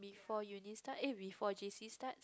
before uni start eh before J_C starts